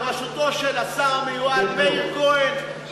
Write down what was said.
בראשותו של השר המיועד מאיר כהן,